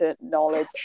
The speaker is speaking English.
knowledge